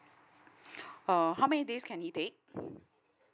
uh how many days can he take